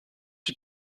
you